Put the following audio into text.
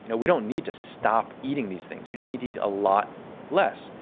you know we don't need to stop eating these things. we just need need a lot less.